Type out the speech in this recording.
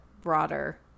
broader